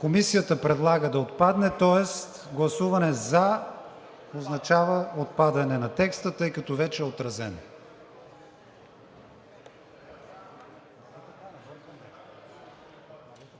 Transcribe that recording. Комисията предлага да отпадне, тоест гласуване за означава отпадане на текста, тъй като вече е отразен.